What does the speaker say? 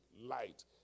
light